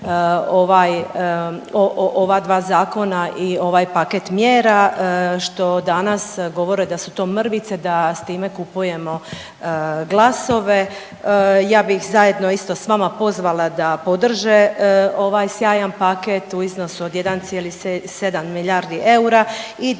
ova dva zakona i ovaj paket mjera što danas govore da su to mrvice, da s time kupujemo glasove. Ja bih zajedno isto s vama pozvala da podrže ovaj sjajan paket u iznosu od 1,7 milijardi eura i da